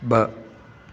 ॿ